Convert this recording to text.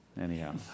anyhow